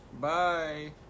bye